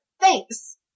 thanks